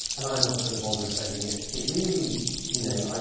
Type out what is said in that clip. and i'm not going to bother attending it. it really you know, ah